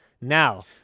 now